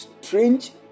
strange